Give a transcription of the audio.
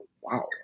Wow